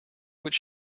which